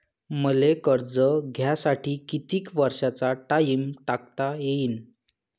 मले कर्ज घ्यासाठी कितीक वर्षाचा टाइम टाकता येईन?